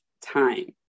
time